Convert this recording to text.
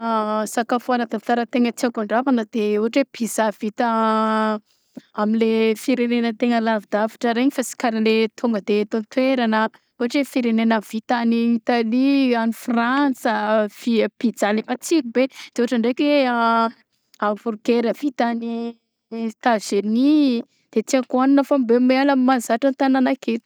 An sakafo ara-tantara tegna tiako andramagna de ôhatra hoe pizza vita amle firegnena tegna lavidavitra regny fa sy karaha le tônga de eto an-toerana ôhatra hoe firenena vita agny Italy any frantsa via pizza le matsiro be de ôhatra ndraiky amborgera vita any Etazonia de tiako hohagnina fa mbe miala amy mahazatra antagnana aketo.